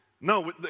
No